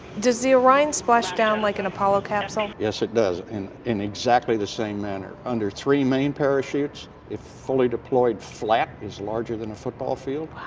does the orion splash down like an apollo capsule? yes it does, in in exactly the same manner, under three main parachutes. if fully deployed flat, is larger than a football field.